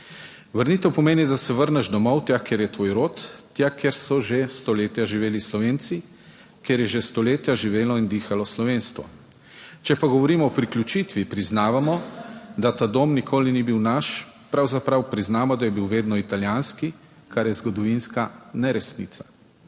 Vrnitev pomeni, da se vrneš domov, tja, kjer je tvoj rod, tja, kjer so že stoletja živeli Slovenci, kjer je že stoletja živelo in dihalo slovenstvo. Če pa govorimo o priključitvi, priznavamo, da ta dom nikoli ni bil naš; pravzaprav priznamo, da je bil vedno italijanski, kar je zgodovinska neresnica.